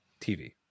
TV